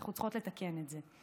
אנחנו צריכות לתקן את זה.